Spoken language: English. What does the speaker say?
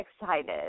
excited